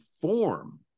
form